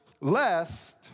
Lest